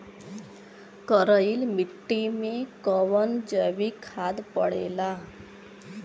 करइल मिट्टी में कवन जैविक खाद पड़ेला?